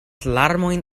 larmojn